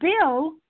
Bill